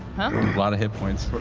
lot of hit points. but